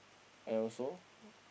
and also